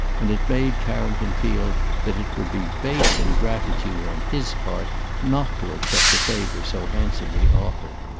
and it made carrington feel that it would be base ingratitude on his part not to accept a favour so handsomely offered.